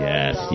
Yes